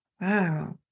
Wow